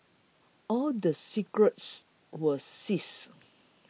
all the cigarettes were seized